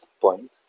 point